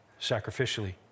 sacrificially